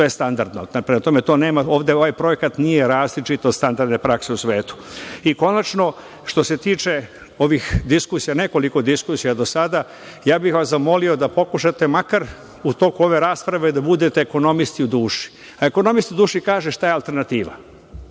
to je standardno. Prema tome, ovde ovaj projekat nije različit od standardne prakse u svetu. Konačno, što se tiče nekoliko diskusija do sada, ja bih vas zamolio da pokušate makar u toku ove rasprave da budete ekonomisti u duši. Ekonomista u duši kaže šta je alternativa.